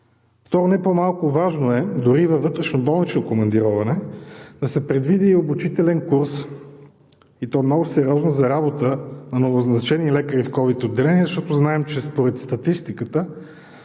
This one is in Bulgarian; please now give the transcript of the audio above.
Второ, не по-малко важно е, дори и във вътрешноболнично командироване, да се предвиди и обучителен курс, и то много сериозно, за работа на новоназначени лекари в ковид отделения, защото знаем, че според статистиката